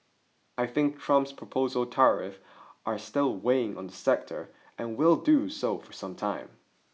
I think Trump's proposed tariffs are still weighing on the sector and will do so for some time